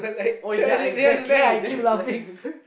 oh ya exactly that's like